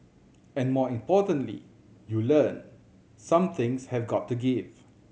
and more importantly you learn some things have got to give